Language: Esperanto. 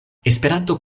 esperanto